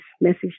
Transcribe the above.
message